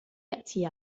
يأتي